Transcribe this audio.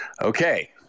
Okay